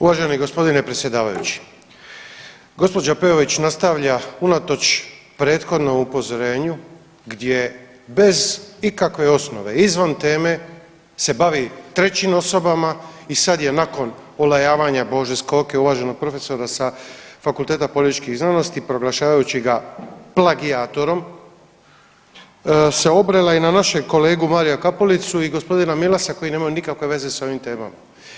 Uvaženi g. predsjedavajući, gđa. Peović nastavlja unatoč prethodnom upozorenju gdje bez ikakve osnove izvan teme se bavi trećim osobama i sad je nakon olajavanja Bože Skoke, uvaženog profesora sa Fakulteta političkih znanosti proglašavajući ga plagijatorom se obrela i na našeg kolegu Marija Kapulicu i g. Milasa koji nemaju nikakve veze s ovim temama.